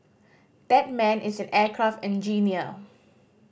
that man is an aircraft engineer